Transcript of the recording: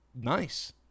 nice